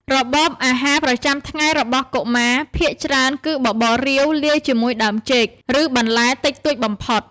របបអាហារប្រចាំថ្ងៃរបស់កុមារភាគច្រើនគឺបបររាវ លាយជាមួយដើមចេក ឬបន្លែតិចតួចបំផុត។